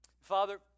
Father